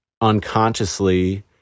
unconsciously